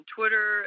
Twitter